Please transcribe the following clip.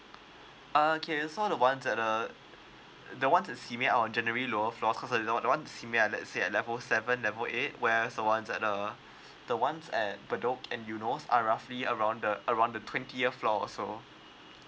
okay so the one at the the one at simei are lower floors cause the one a simei let say at level seven level eight whereas the one at the the ones at bedok and are roughly around the around the twentieth floor also